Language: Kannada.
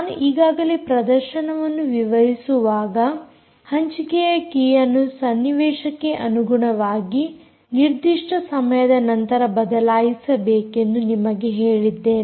ನಾನು ಈಗಾಗಲೇ ಪ್ರದರ್ಶನವನ್ನು ವಿವರಿಸುವಾಗ ಹಂಚಿಕೆಯ ಕೀಯನ್ನು ಸನ್ನಿವೇಶಕ್ಕೆ ಅನುಗುಣವಾಗಿ ನಿರ್ದಿಷ್ಟ ಸಮಯದ ನಂತರ ಬದಲಾಯಿಸಬೇಕೆಂದು ನಿಮಗೆ ಹೇಳಿದ್ದೇನೆ